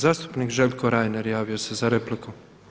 Zastupnik Željko Reiner javio se za repliku.